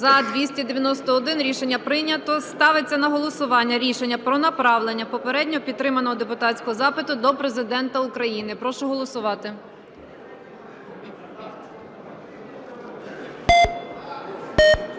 За-291 Рішення прийнято. Ставиться на голосування рішення про направлення попередньо підтриманого депутатського запиту до Президента України. Прошу голосувати.